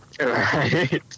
Right